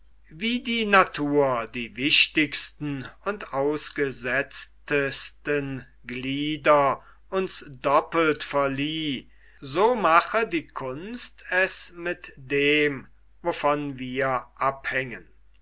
wie die natur die wichtigsten und ausgesetztesten glieder uns doppelt verlieh so mache die kunst es mit dem wovon wir abhängen